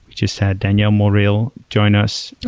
just had daniel morrill join us,